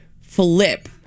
flip